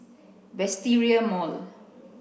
Wisteria Mall